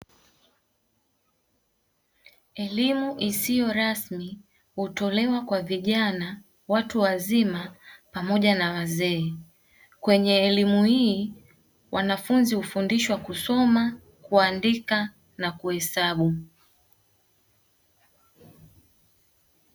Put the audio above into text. Elimu isiyo rasmi hutolewa kwa vijana, watu wazima pamoja na wazee, kwenye elimu hii wanafunzi hufundishwa kusoma, kuandika na kuhesabu.